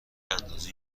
اندازه